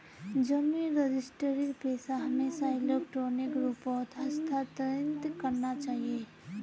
जमीन रजिस्ट्रीर पैसा हमेशा इलेक्ट्रॉनिक रूपत हस्तांतरित करना चाहिए